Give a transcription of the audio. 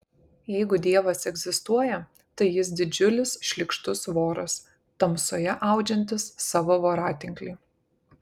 jeigu dievas egzistuoja tai jis didžiulis šlykštus voras tamsoje audžiantis savo voratinklį